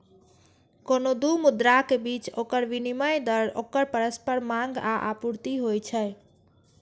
कोनो दू मुद्राक बीच ओकर विनिमय दर ओकर परस्पर मांग आ आपूर्ति होइ छै